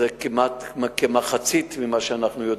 זה כמחצית ממה שאנחנו יודעים.